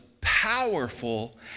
powerful